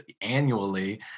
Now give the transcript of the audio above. annually